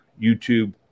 YouTube